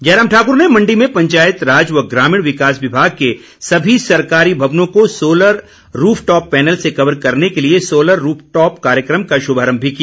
जयराम ठाकुर ने मण्डी में पंचायत राज व ग्रामीण विकास विभाग के सभी सरकारी भवनों को सोलर रूफ टॉप पैनल से कवर करने के लिए सोलर रूफ टॉप कार्यक्रम का शुभारम्भ भी किया